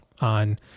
on